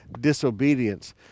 disobedience